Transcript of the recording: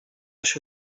się